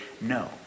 no